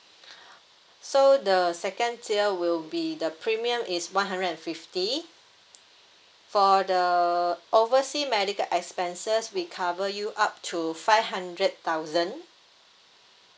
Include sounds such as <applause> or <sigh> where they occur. <breath> so the the second tier will be the premium is one hundred and fifty for the oversea medical expenses we cover you up to five hundred thousand